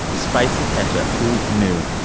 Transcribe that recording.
spicy ketchup who knew?